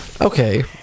Okay